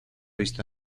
visto